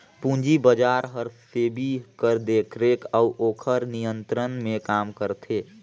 पूंजी बजार हर सेबी कर देखरेख अउ ओकर नियंत्रन में काम करथे